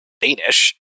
Danish